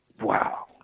Wow